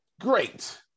Great